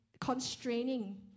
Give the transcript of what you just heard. constraining